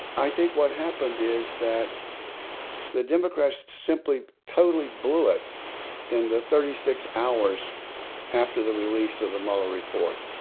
i think what happened is that the democrats simply totally blew it in the thirty six hours after the release of the mueller report.